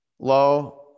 Low